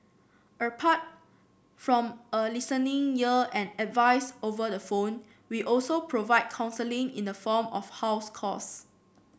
apart from a listening ear and advice over the phone we also provide counselling in the form of house calls